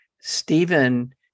Stephen